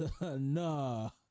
No